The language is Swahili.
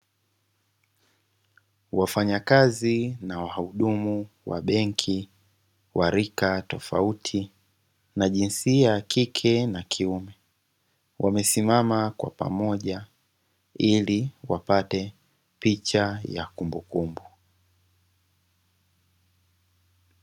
Wafanyakazi na wahudumu wa benki wa rika tofauti na jinsia ya kike na kiume, wamesimama kwa pamoja ili wapate picha ya kumbukumbu